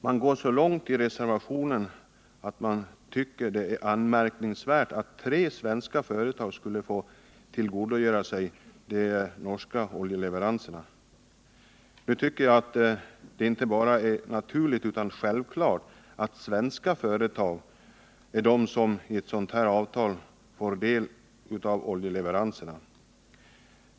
Man går så långt i reservationen att man säger att det är anmärkningsvärt att tre svenska företag skulle få tillgodogöra sig de norska oljeleveranserna. Nu tycker jag att det inte bara är naturligt utan självklart att svenska företag i ett sådant här avtal får del av oljeleveranserna.